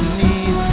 need